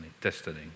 destiny